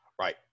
Right